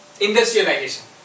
industrialization